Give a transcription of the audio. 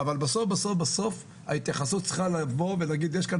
אבל בסוף ההתייחסות צריכה להיות שיש כאן